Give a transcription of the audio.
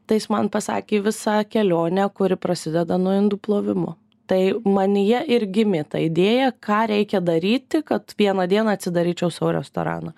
tai jis man pasakė visą kelionę kuri prasideda nuo indų plovimo tai manyje ir gimė ta idėja ką reikia daryti kad vieną dieną atsidaryčiau savo restoraną